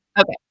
Okay